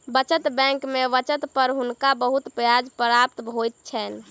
बचत बैंक में बचत पर हुनका बहुत ब्याज प्राप्त होइ छैन